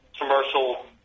commercial